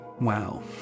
Wow